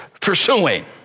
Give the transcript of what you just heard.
pursuing